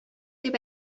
дип